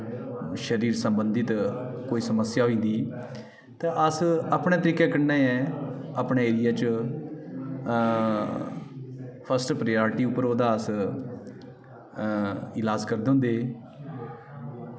शरीर संबंधित कोई समस्या होई जंदी तां अस अपने तरीके कन्नै अपने एरिया च फर्स्ट प्रायोरिटी उप्पर अस ओह्दा इलाज़ करदे होंदे हे